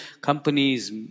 companies